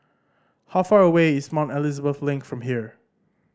how far away is Mount Elizabeth Link from here